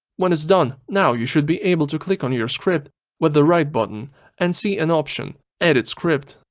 when it's done, now you should be able to click on your script with the right button and see an option edit script.